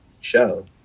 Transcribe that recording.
show